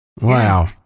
wow